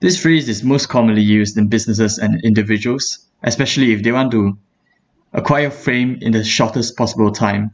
this trick is most commonly used in businesses and individuals especially if they want to acquire fame in the shortest possible time